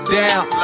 down